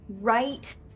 right-